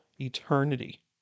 eternity